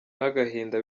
n’agahinda